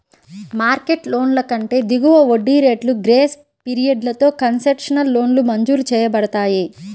market లోన్ల కంటే దిగువ వడ్డీ రేట్లు, గ్రేస్ పీరియడ్లతో కన్సెషనల్ లోన్లు మంజూరు చేయబడతాయి